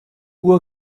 uhr